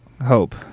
Hope